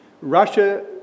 Russia